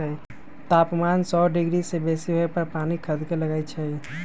तापमान सौ डिग्री से बेशी होय पर पानी खदके लगइ छै